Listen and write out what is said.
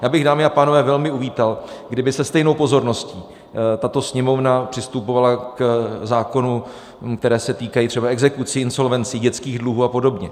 Já bych, dámy a pánové velmi uvítal, kdyby se stejnou pozorností tato Sněmovna přistupovala k zákonům, které se týkají třeba exekucí, insolvencí, dětských dluhů apod.